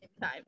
time